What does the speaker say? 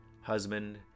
husband